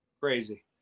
Crazy